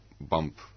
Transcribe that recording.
bump